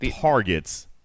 targets